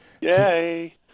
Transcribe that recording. yay